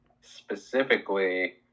specifically